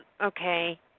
Okay